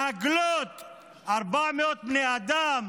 להגלות 400 בני אדם?